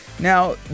Now